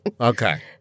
Okay